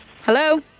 Hello